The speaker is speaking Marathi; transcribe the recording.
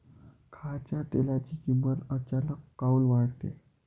खाच्या तेलाची किमत अचानक काऊन वाढते?